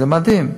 זה מדהים.